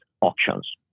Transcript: auctions